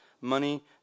money